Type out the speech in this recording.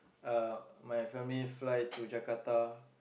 uh my family fly to Jakarta